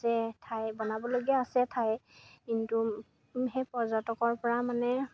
যে ঠাই বনাবলগীয়া আছে ঠাই কিন্তু সেই পৰ্যটকৰ পৰা মানে